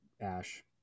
ash